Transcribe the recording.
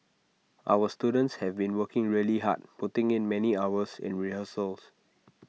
our students have been working really hard putting in many hours in rehearsals